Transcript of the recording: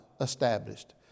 established